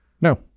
no